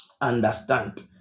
understand